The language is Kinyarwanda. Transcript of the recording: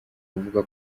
kuvuga